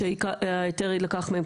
שהיתר יילקח מהם,